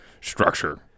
structure